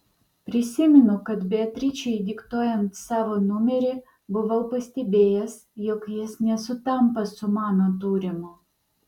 prisimenu kad beatričei diktuojant savo numerį buvau pastebėjęs jog jis nesutampa su mano turimu